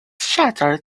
shattered